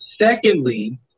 Secondly